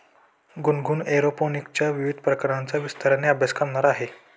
गुनगुन एरोपोनिक्सच्या विविध प्रकारांचा विस्ताराने अभ्यास करणार आहे